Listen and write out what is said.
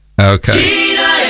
okay